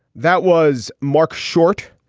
that was marc short.